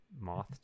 moth